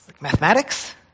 Mathematics